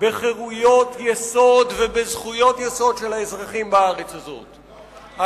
בחירויות יסוד ובזכויות יסוד של האזרחים בארץ הזאת,